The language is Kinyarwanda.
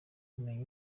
umenya